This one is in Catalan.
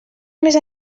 més